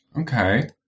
Okay